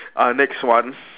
uh next one